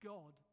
God